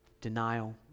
denial